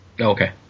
Okay